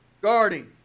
Guarding